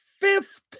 fifth